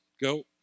go